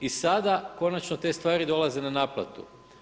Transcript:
I sada konačno te stvari dolaze na naplatu.